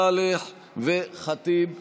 סונדוס סאלח ואימאן ח'טיב יאסין.